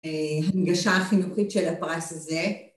‫הנגשה החינוכית של הפרס הזה.